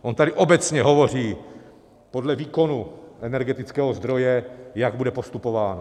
On tady obecně hovoří podle výkonu energetického zdroje, jak bude postupováno.